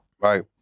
right